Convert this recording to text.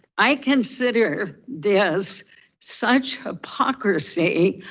i consider this such hypocrisy.